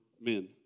men